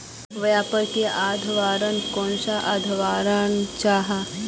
व्यापार की अवधारण कुंसम अवधारण जाहा?